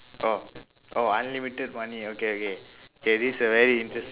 oh oh unlimited money okay okay okay this a very interest~